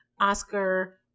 Oscar